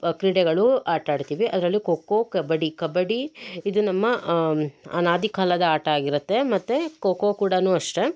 ಕ್ರೀಡೆಗಳು ಆಟ ಆಡ್ತೀವಿ ಅದರಲ್ಲಿ ಖೋ ಖೋ ಕಬಡ್ಡಿ ಕಬಡ್ಡಿ ಇದು ನಮ್ಮ ಅನಾದಿ ಕಾಲದ ಆಟ ಆಗಿರುತ್ತೆ ಮತ್ತೆ ಖೋ ಖೋ ಕೂಡ ಅಷ್ಟೆ